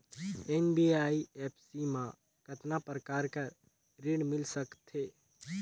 NBFC मा कतना प्रकार कर ऋण मिल सकथे?